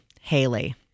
Haley